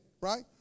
Right